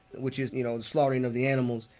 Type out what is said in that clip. which is, you know, the slaughtering of the animals,